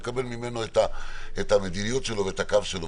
לקבל ממנו את המדיניות שלו ואת הקו שלו,